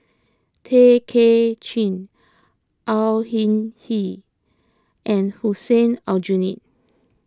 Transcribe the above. Tay Kay Chin Au Hing Yee and Hussein Aljunied